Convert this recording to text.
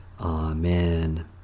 Amen